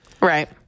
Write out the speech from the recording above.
Right